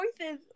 voices